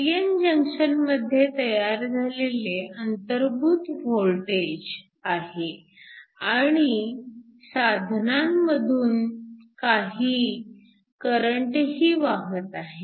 pn junction मध्ये तयार झालेले अंतर्भूत वोल्टेज आहे आणि साधनांमधून काही करंटही वाहत आहे